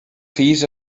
fills